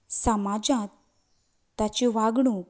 देखीक समाजांत ताची वागणूक